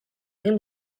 egin